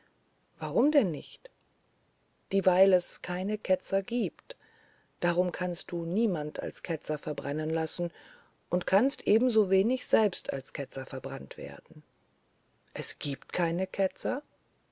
warum denn nicht dieweil es keine ketzer gibt darum kannst du niemand als ketzer verbrennen lassen und kannst ebensowenig selbst als ketzer verbrannt werden es gibt keine ketzer